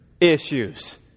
issues